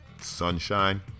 sunshine